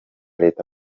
leta